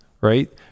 right